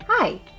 Hi